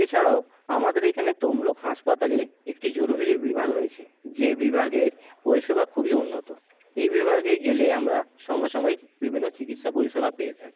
এছাড়াও আমাদের এখানে তমলুক হাসপাতালে একটি জরুরি বিভাগ রয়েছে যেই বিভাগে পরিষেবা খুবই উন্নত এই বিভাগে গেলে আমরা সঙ্গে সঙ্গেই বিভিন্ন চিকিৎসা পরিষেবা পেয়ে থাকি